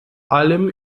allem